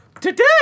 Today